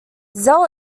zell